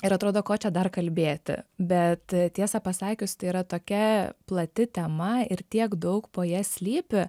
ir atrodo ko čia dar kalbėti bet tiesą pasakius tai yra tokia plati tema ir tiek daug po ja slypi